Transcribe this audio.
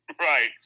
right